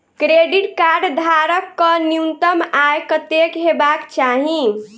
Credit card धारक कऽ न्यूनतम आय कत्तेक हेबाक चाहि?